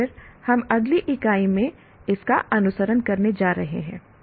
और फिर हम अगली इकाई में इसका अनुसरण करने जा रहे हैं